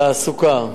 תעסוקה,